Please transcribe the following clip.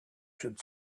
should